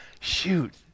Shoot